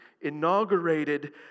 inaugurated